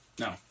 No